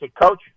Coach